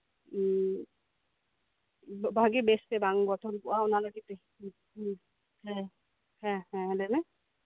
ᱦᱮᱸ ᱵᱷᱟᱹᱜᱤ ᱵᱮᱥ ᱛᱮ ᱵᱟᱝ ᱜᱚᱴᱷᱚᱱ ᱠᱚᱜᱼᱟ ᱚᱱᱟ ᱞᱟᱹᱜᱤᱫ ᱦᱮᱸ ᱦᱮᱸ ᱞᱟᱹᱭ ᱢᱮ